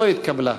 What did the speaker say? לא התקבלה.